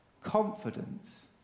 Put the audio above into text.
confidence